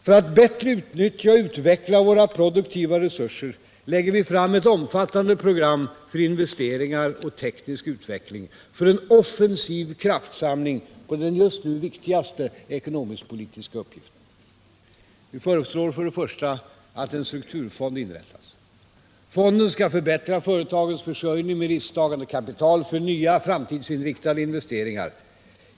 För att bättre utnyttja och utveckla våra produktiva resurser lägger vi fram ett omfattande program för investeringar och teknisk utveckling, för en offensiv kraftsamling på den just nu viktigaste ekonomisk-politiska uppgiften. Vi föreslår, för det första, att en strukturfond inrättas. Fonden skall förbättra företagens försörjning med risktagande kapital för nya, framtidsinriktade investeringar.